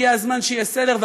הגיע הזמן שיהיה סדר,